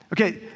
okay